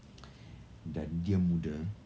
that dia muda